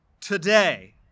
today